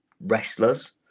wrestlers